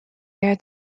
are